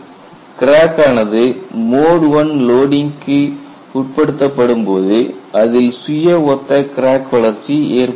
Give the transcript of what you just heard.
crack ஆனது mode I லோடிங்க்கு உட்படுத்தப்படும்போது அதில் சுய ஒத்த கிராக் வளர்ச்சி ஏற்படுகிறது